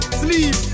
sleep